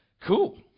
Cool